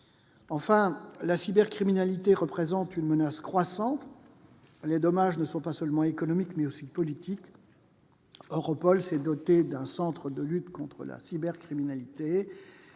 ? La cybercriminalité représente une menace croissante. Les dommages ne sont pas seulement économiques, mais aussi politiques. EUROPOL s'est doté d'un centre de lutte contre la cybercriminalité.